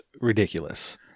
ridiculous